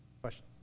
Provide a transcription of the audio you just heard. Question